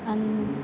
and